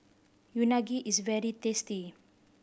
unagi is very tasty